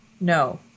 no